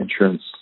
insurance